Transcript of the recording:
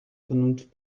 vernunft